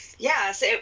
Yes